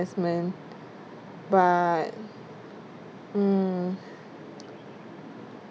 investment but mm